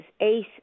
Ace